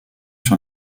sur